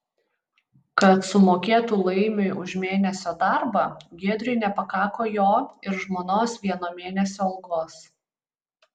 kad sumokėtų laimiui už mėnesio darbą giedriui nepakako jo ir žmonos vieno mėnesio algos